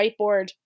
whiteboard